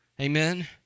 Amen